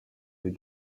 des